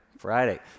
Friday